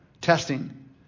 Testing